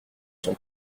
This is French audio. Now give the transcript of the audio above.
son